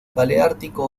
paleártico